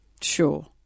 Sure